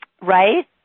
Right